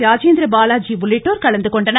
ராஜேந்திரபாலாஜி உள்ளிட்டோர் கலந்துகொண்டனர்